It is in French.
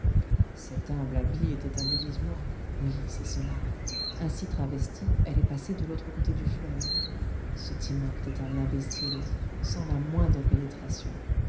cet humble habit était un déguisement oui c'est cela ainsi travestie elle est passée de l'autre côté du fleuve ce timopht est un imbécile sans la moindre pénétration